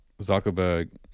zuckerberg